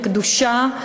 לקדושה,